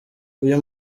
uyu